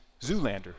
Zoolander